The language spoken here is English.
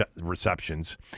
receptions